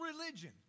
religion